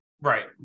right